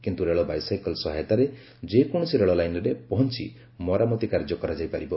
କିନ୍ତୁ ରେଳ ବାଇସାଇକେଲ ସହାୟତାରେ ଯେକୌଣସି ରେଳଲାଇନ୍ରେ ପହଞ୍ ମରାମତି କାର୍ଯ୍ୟ କରାଯାଇ ପାରିବ